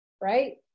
Right